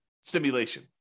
simulation